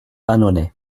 annonay